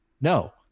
no